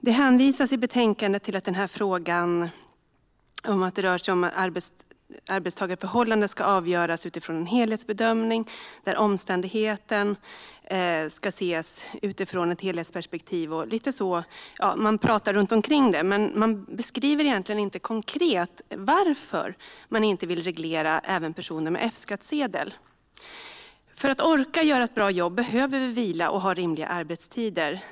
Det hänvisas i betänkandet till att frågan om arbetstagarförhållanden ska avgöras genom en helhetsbedömning där omständigheten ska ses utifrån ett helhetsperspektiv. Man pratar runt omkring detta, men man beskriver inte konkret varför man inte vill reglera arbetstiden även för personer med F-skattsedel. För att orka göra ett bra jobb behöver vi vila och ha rimliga arbetstider.